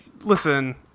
listen